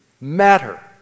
matter